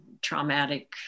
traumatic